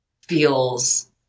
feels